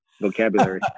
vocabulary